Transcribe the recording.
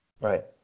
Right